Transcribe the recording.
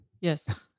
Yes